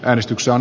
äänestyksen